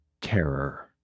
terror